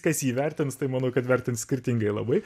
kas jį vertins tai manau kad vertins skirtingai labai